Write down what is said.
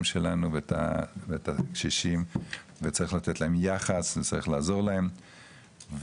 שלנו ואת הקשישים וצריך לתת להם יחס וצריך לעזור להם וכמובן,